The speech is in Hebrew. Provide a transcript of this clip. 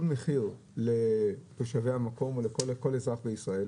מחיר לתושבי המקום או לכל אזרח בישראל,